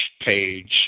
page